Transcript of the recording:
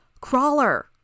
Crawler